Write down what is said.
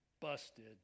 Busted